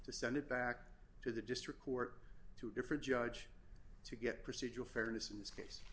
to send it back to the district court to a different judge to get procedural fairness in this case